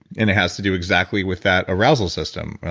and it has to do exactly with that arousal system.